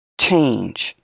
change